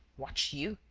watch you?